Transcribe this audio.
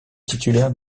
titulaire